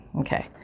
Okay